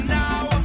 now